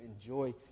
enjoy